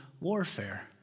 warfare